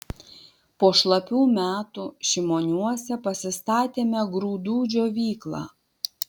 po šlapių metų šimoniuose pasistatėme grūdų džiovyklą